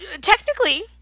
technically